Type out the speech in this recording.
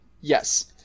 Yes